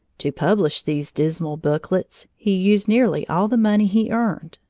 to publish these dismal booklets, he used nearly all the money he earned,